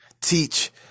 Teach